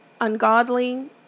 ungodly